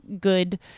good